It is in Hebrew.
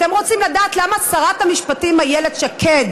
אתם רוצים לדעת למה שרת המשפטים איילת שקד